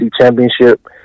championship